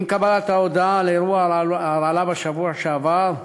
עם קבלת ההודעה על אירוע ההרעלה בשבוע שעבר,